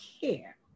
care